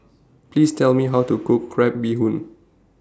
Please Tell Me How to Cook Crab Bee Hoon